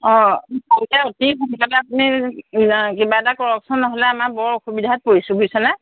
অঁ পাৰিলে অতি সোনকালে আপুনি কিবা এটা কৰকচোন নহ'লে আমাৰ বৰ অসুবিধাত পৰিছোঁ বুইছেনে